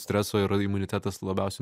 streso ir imunitetas labiausiai